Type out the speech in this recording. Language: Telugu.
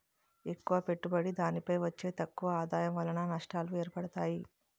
ఎక్కువ పెట్టుబడి దానిపై వచ్చే తక్కువ ఆదాయం వలన నష్టాలు ఏర్పడతాయి